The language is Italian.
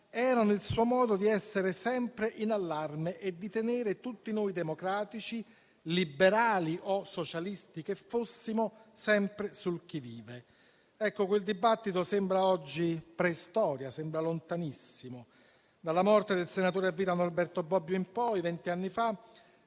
erano nel suo modo di essere sempre in allarme e di tenere tutti noi democratici, liberali o socialisti che fossimo, sempre sul chi vive. Quel dibattito sembra oggi preistoria, lontanissimo. Dalla morte del senatore a vita Norberto Bobbio in poi, vent'anni fa,